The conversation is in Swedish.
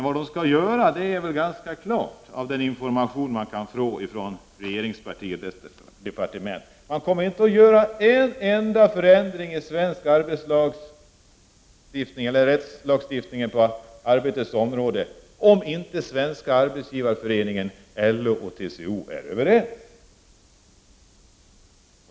Vad man skall göra framgår väl ganska klart av den information vi kan få från regeringspartiet och departementet. Man kommer inte att företa en enda förändring i svensk arbetsrätt, om inte Svenska arbetsgivareföreningen, LO och TCO är överens.